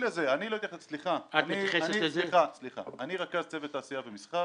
אני רכז צוות תעשייה ומסחר